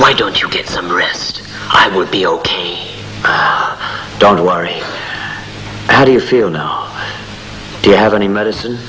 why don't you get some rest i would be ok don't worry how do you feel now do you have any medicine